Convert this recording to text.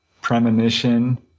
premonition